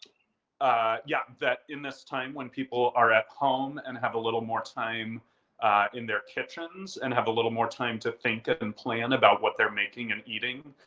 ah yeah that in this time when people are at home and have a little more time in their kitchens and have a little more time to think and plan about what they're making and eating,